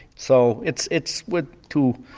so it's it's with two